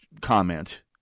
comment